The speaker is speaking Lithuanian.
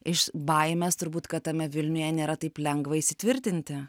iš baimės turbūt kad tame vilniuje nėra taip lengva įsitvirtinti